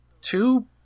Two